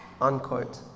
Unquote